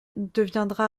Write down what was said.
deviendra